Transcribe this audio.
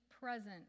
present